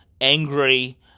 angry